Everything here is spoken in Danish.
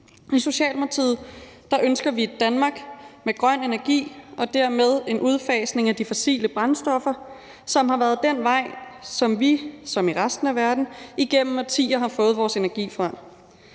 I Socialdemokratiet ønsker vi et Danmark med grøn energi og dermed en udfasning af de fossile brændstoffer, som har været det, som vi og resten af verden igennem årtier har fået vores energi fra.